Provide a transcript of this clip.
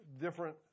different